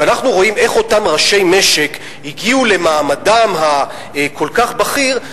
ואנחנו רואים איך אותם ראשי משק הגיעו למעמדם הכל-כך בכיר,